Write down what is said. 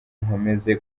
nkomeze